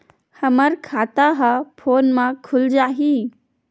हमर खाता ह फोन मा खुल जाही?